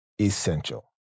essential